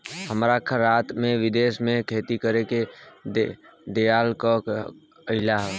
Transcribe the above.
हमरा रात में विदेश में खेती करे के खेआल आइल ह